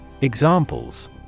Examples